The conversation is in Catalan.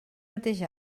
mateix